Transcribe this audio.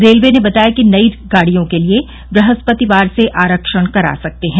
railway ने बताया कि नई गाडियों के लिए बृहस्पतिवार से आरक्षण करा सकते हैं